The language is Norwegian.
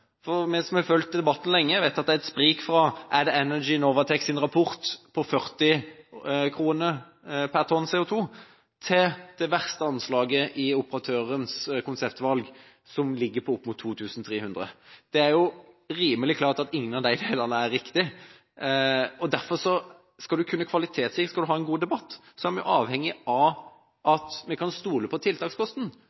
For oss som har fulgt debatten lenge: Jeg vet at det er et sprik fra Add Energys rapport på 40 kr per tonn CO2, til det verste anslaget i operatørens konseptvalg, som ligger på opp mot 2 300 kr. Det er rimelig klart at ingen av disse to tallene er riktige. Derfor: Skal vi kunne ha en god debatt, er vi avhengige av